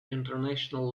international